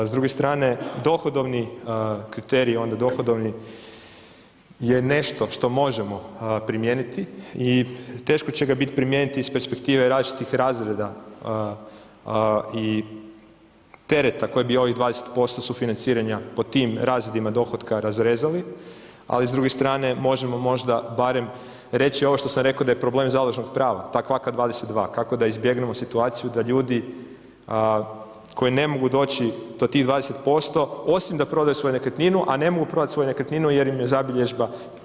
A s druge strane dohodovni kriterij je nešto što možemo primijeniti i teško će ga biti primijeniti iz perspektive različitih razreda i tereta koje bi ovih 20% sufinanciranja po tim razredima dohotka razrezali, ali s druge strane možemo možda barem reći ovo što sam rekao da je problem založnog prava, ta kvaka 22, kako da izbjegnemo situaciju da ljudi koji ne mogu doći do tih 20%, osim da prodaju svoju nekretninu, a ne mogu prodati svoju nekretninu jer im je zabilježba.